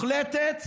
מוחלטת,